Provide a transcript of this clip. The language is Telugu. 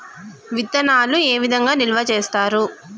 విత్తనాలు ఏ విధంగా నిల్వ చేస్తారు?